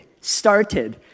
started